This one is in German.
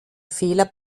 fehler